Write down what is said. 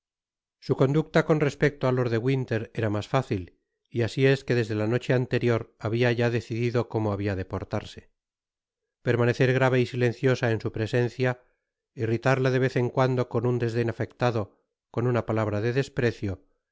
su conducta con respecto á lord de winter era mas fácil y asi es que desde la noche anterior habia ya decidido como habia de portarse permanecer grave y silenciosa en su presencia irritarle de vez en cuando con un desden afectado con una palabra de desprecio